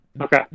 Okay